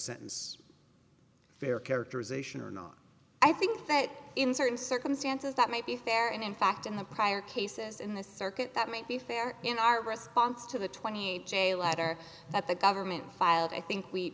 sentence fair characterization or not i think that in certain circumstances that might be fair and in fact in the prior cases in the circuit that might be fair in our response to the twenty day letter that the government filed i think we